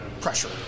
pressure